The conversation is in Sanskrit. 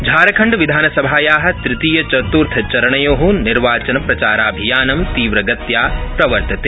झारखण्डविधानसभाया तृतीयचतुर्थचरणयो निर्वाचनप्रचाराभियानं तीव्रगत्या प्रवर्तते